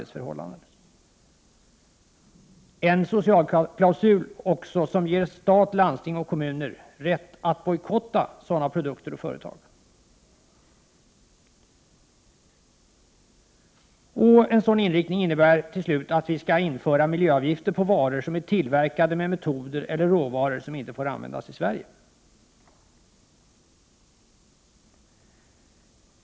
Det bör vara en socialklausul som också ger stat, landsting och kommuner rätt att bojkotta sådana produkter och sådana företag. En sådan inriktning innebär till slut att vi skall införa miljöavgifter på varor som är tillverkade med metoder eller av råvaror som inte får användas i Sverige.